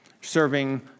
serving